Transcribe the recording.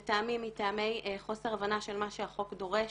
לטעמי, מטעמי חוסר הבנה של מה שהחוק דורש.